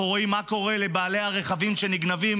אנחנו רואים מה קורה לבעלי הרכבים שנגנבים